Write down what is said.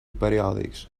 periòdics